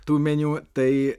tų meniu tai